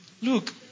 Look